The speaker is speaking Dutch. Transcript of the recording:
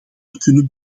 kunnen